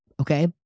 Okay